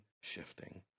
shifting